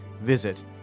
Visit